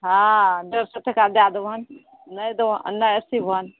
हँ डेढ़ सए टका दए देबहन नहि देबऽ नहि सीबहन